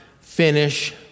finish